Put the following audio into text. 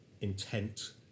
intent